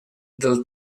del